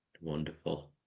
Wonderful